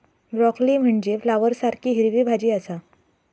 broccoli म्हनजे फ्लॉवरसारखी हिरवी भाजी आसा